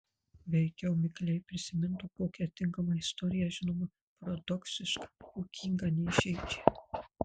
veikiau mikliai prisimintų kokią tinkamą istoriją žinoma paradoksišką juokingą neįžeidžią